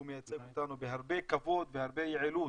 מייצג אותנו בהרבה כבוד ובהרבה יעילות